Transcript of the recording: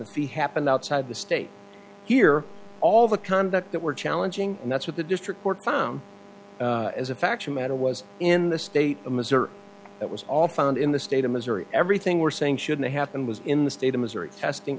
the fee happened outside the state here all the conduct that were challenging and that's what the district court found as a factual matter was in the state of missouri that was all found in the state of missouri everything we're saying should they happen was in the state of missouri testing